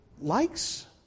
likes